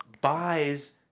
buys